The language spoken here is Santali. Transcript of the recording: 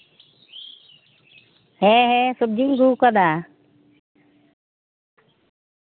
ᱦᱮᱸ ᱦᱮᱸ ᱥᱚᱵᱡᱤᱧ ᱟᱹᱜᱩᱣᱟᱠᱟᱫᱟ